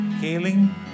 healing